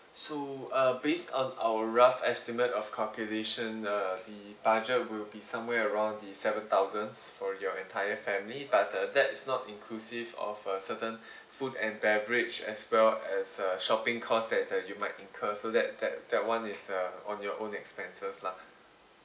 so uh based on our rough estimate of calculation uh the budget will be somewhere around the seven thousands for your entire family but uh that's not inclusive of uh certain food and beverage as well as a shopping cost that uh you might incur so that that that [one] is uh on your own expenses lah